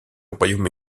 royaume